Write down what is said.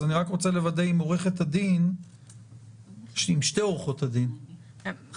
אני רוצה לוודא עם שתי עורכות הדין חברותיי.